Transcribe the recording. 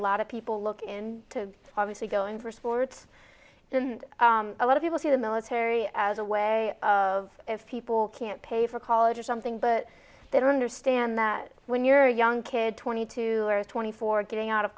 of people look in to obviously go in for sports and a lot of people see the military as a way of if people can't pay for college or something but they don't understand that when you're a young kid twenty two or twenty four getting out of